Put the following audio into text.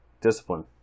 discipline